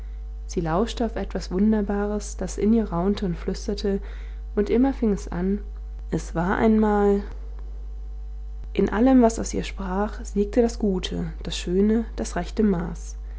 sie lauschte auf etwas wunderbares das in ihr raunte und flüsterte und immer fing es an es war einmal in allem was aus ihr sprach siegte das gute das schöne das rechte maß